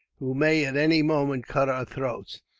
who may at any moment cut our throats,